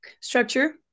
structure